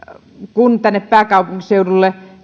esimerkiksi tänne pääkaupunkiseudulle